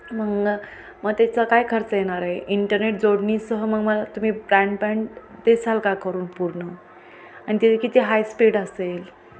मग मग त्याचं काय खर्च येणार आहे इंटरनेट जोडणीसह मग मला तुम्ही ब्रँड पँड देसाल का करून पूर्ण आणि ते किती हाय स्पीड असेल